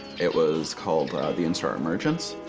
it was called the instar emergence.